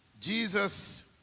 jesus